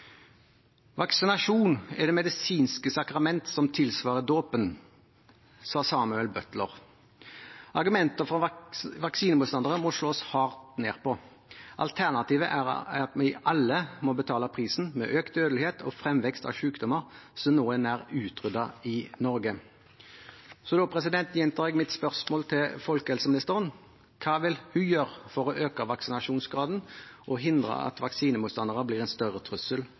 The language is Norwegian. Vaksinasjon er det medisinske sakrament som tilsvarer dåpen, sa Samuel Butler. Argumenter fra vaksinemotstandere må slås hardt ned på. Alternativet er at vi alle må betale prisen, med økt dødelighet og fremvekst av sykdommer som nå er nær utryddet i Norge. Da gjentar jeg mitt spørsmål til folkehelseministeren: Hva vil hun gjøre for å øke vaksinasjonsgraden og hindre at vaksinemotstandere blir en større trussel